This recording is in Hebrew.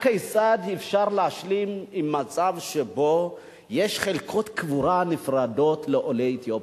הכיצד אפשר להשלים עם מצב שבו יש חלקות קבורה נפרדות לעולי אתיופיה?